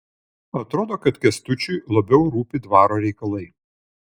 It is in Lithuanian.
atrodo kad kęstučiui labiau rūpi dvaro reikalai